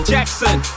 Jackson